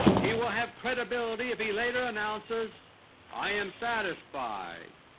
he will have credibility if he later announces i am satisfied.